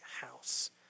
house